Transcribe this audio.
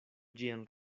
ĝian